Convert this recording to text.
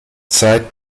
zeit